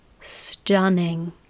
Stunning